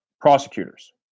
Prosecutors